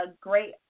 great